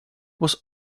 was